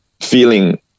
feeling